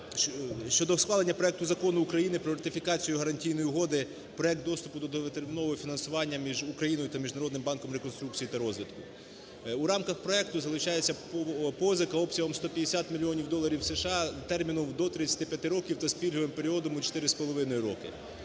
щодо схвалення проекту Закону України про ратифікацію Гарантійної угоди (Проект доступу до довготермінового фінансування) між Україною та Міжнародним банком реконструкції та розвитку. У рамках проекту залучається позика обсягом 150 мільйонів доларів США терміном до 35 років та з пільговим періодом у 4,5 роки.